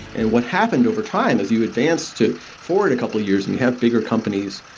and what happened overtime is you advance to forward a couple of years and you have bigger companies,